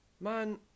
Man